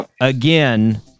again